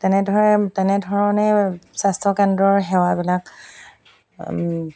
তেনেধৰে তেনেধৰণে স্বাস্থ্য কেন্দ্ৰৰ সেৱাবিলাক